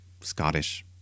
Scottish